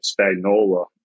Spagnola